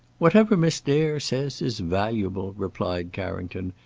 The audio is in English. whatever miss dare says is valuable, replied carrington,